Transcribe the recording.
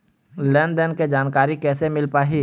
लेन देन के जानकारी कैसे मिल पाही?